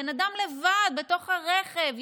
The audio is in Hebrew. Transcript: בן אדם לבד בתוך הרכב,